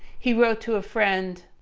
he wrote to a friend,